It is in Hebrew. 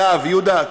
יהודה,